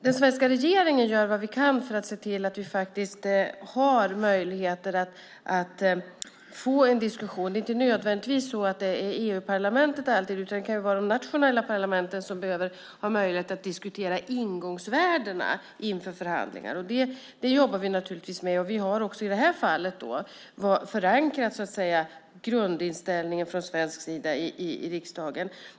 Den svenska regeringen gör vad den kan för att se till att vi har möjligheter att få en diskussion. Det är inte nödvändigtvis så att det alltid är i EU-parlamentet, utan det kan vara de nationella parlamenten som behöver ha möjligheter att diskutera ingångsvärdena inför förhandlingar. Det jobbar vi naturligtvis med. Vi har också i det här fallet förankrat grundinställningen från svensk sida i riksdagen.